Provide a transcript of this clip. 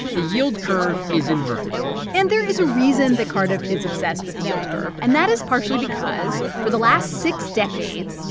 the yield curve is inverted and there is a reason that cardiff is obsessed with the yield curve, and that is partially because for the last six decades,